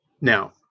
Now